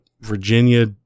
Virginia